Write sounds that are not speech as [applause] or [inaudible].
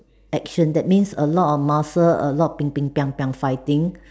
action that means a lot of muscle a lot of [noise] fighting